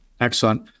Excellent